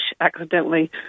accidentally